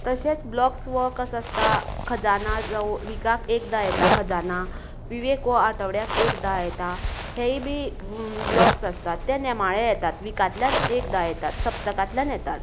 तशेंच ब्लोक्स वो कसो आसता खजाना जावं विकाक एकदा येता खजाना विवेक हो आठवड्याक एकदां येता हेंयी बी ब्लोक्स आसतात ते नेमाळे येतात विकांतल्यान एकदां येतात सप्तकांतल्यान येतात